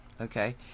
okay